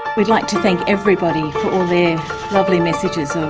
we'd like to thank everybody for all their lovely messages of